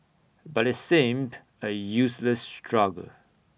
but IT seemed A useless struggle